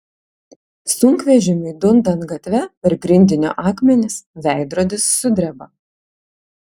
sunkvežimiui dundant gatve per grindinio akmenis veidrodis sudreba